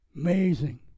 Amazing